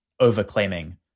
overclaiming